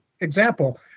example